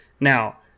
Now